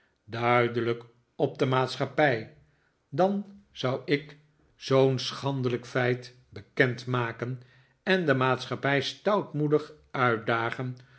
duidelijk op de maatschappij dan zou ik zoo'n schandeliik feit bekend maken en de maatschappij stoutmoedig uitdage'n